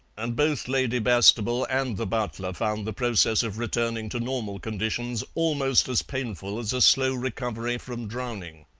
and both lady bastable and the butler found the process of returning to normal conditions almost as painful as a slow recovery from drowning.